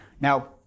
Now